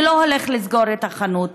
אני לא הולך לסגור את החנות.